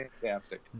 fantastic